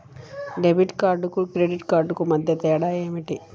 Debit కార్డుకు credit కార్డుకు మధ్య తేడా ఏమిటీ?